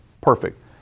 Perfect